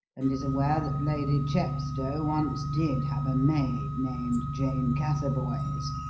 and is aware that lady chepstow once did have a maid named jane catherboys.